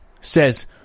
says